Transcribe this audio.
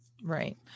Right